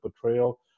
portrayal